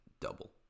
double